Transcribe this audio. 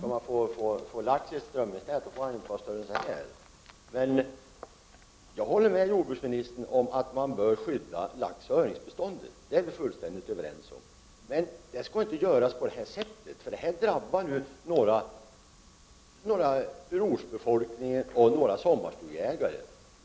Fru talman! För att få lax i strömmingsnät får det inte vara fråga om några stora fiskar. Däremot kan jag hålla med jordbruksministern om att man bör skydda laxoch öringsbeståndet. Det är vi fullständigt överens om. Men det skall inte åstadkommas på detta sätt. Nu drabbas ju ortsbefolkningen och sommarstugeägare.